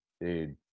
Dude